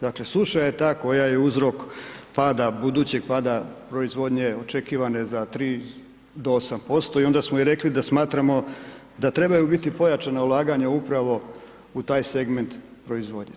Dakle, suša je ta koja je uzrok pada, budućeg pada proizvodnje očekivane za 3 do 8% i onda smo i rekli da smatramo da trebaju biti pojačana ulaganja upravo u taj segment proizvodnje.